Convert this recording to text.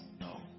No